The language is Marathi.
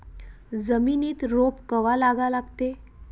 जमिनीत रोप कवा लागा लागते?